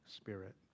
Spirit